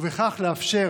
ובכך לאפשר